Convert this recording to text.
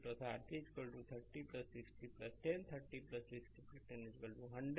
तोR1 R2 R3 30 60 10 30 60 10 100 Ω